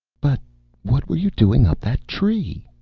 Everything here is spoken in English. but what were you doing up that tree?